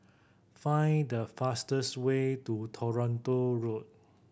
find the fastest way to Toronto Road